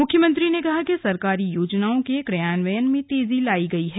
मुख्यमंत्री ने कहा कि सरकारी योजनाओं के क्रियान्वयन में तेजी लायी गई है